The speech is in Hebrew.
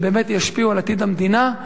שבאמת ישפיעו על עתיד המדינה.